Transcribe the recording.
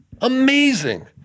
Amazing